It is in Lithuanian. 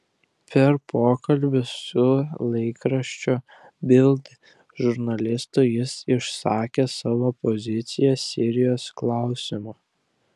per pokalbį su laikraščio bild žurnalistu jis išsakė savo poziciją sirijos klausimu